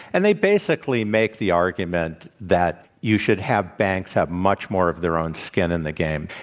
and they basically make the argument that you should have banks have much more of their own skin in the game,